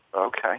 Okay